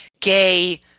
gay